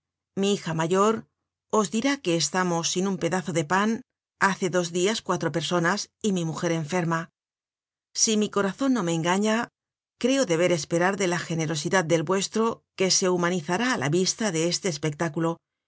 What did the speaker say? mi hija mayor os dirá que estamos sin un pedazo de pan hace dos dias cuatro personas y mi mujer enferma si mi corazon no me engaña creo deber esperar de la generosidad del vuestro que se humanizará ála vista de este espectáculo